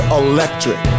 electric